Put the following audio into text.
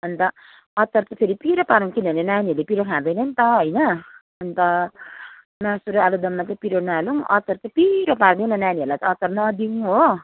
अनि त अचार चाहिँ फेरि पिरो पारौँ किनभने नानीहरूले पिरो खाँदैन नि त होइन अनि त मासु र आलुदममा चाहिँ पिरो नहालौँ अचार चाहिँ पिरो पारिदिउँ न नानीहरूलाई चाहिँ अचार नदिउँ हो